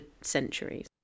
centuries